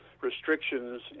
restrictions